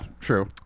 true